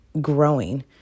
growing